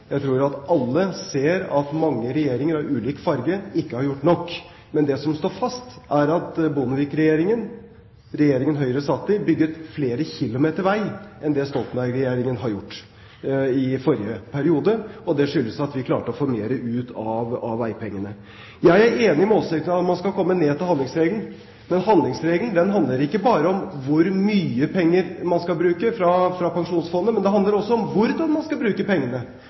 Jeg tror at alle ser at mange regjeringer av ulik farge ikke har gjort nok. Men det som står fast, er at Bondevik-regjeringen – regjeringen som Høyre satt i – bygde flere kilometer mer vei enn det Stoltenberg-regjeringen gjorde i forrige periode. Det skyldtes at vi klarte å få mer ut av veipengene. Jeg er enig i at vi må komme tilbake til handlingsregelen. Men handlingsregelen handler ikke bare om hvor mye penger man skal bruke av Pensjonsfondet, den handler også om hvordan man skal bruke pengene.